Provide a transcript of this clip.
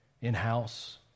in-house